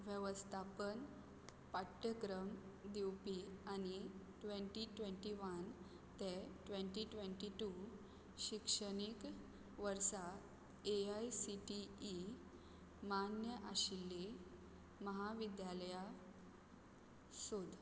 वेवस्थापन पाठ्यक्रम दिवपी आनी ट्वेंटी ट्वेंटी वन ते ट्वेंटी ट्वेंटी टू शिक्षणीक वर्सा A I C T E मान्य आशिल्लीं महाविद्यालयां सोद